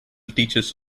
teaches